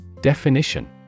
Definition